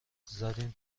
زدیم